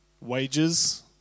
Wages